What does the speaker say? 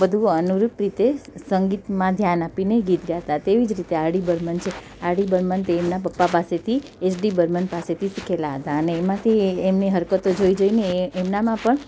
બધું અનુરૂપ રીતે સંગીતમાં ધ્યાન આપીને ગીત ગાતા તેવી જ રીતે આરડી બર્મન છે આરડી બર્મન તે એમના પપ્પા પાસેથી એચડી બર્મન પાસેથી શીખેલા હતા અને એમાંથી એમની હરકતો જોઈ જોઈને એમનામાં પણ